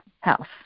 house